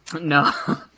no